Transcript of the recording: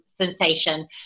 sensation